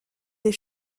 des